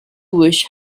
wish